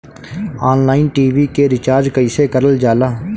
Online TV के recharge कईसे करल जाला?